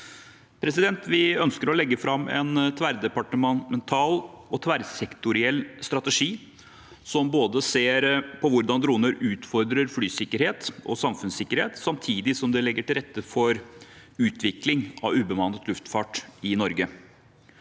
Vi ønsker å legge fram en tverrdepartemental og tverrsektorell strategi som ser på hvordan droner utfordrer flysikkerhet og samfunnssikkerhet, samtidig som den legger til rette for utvikling av ubemannet luft